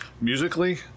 Musically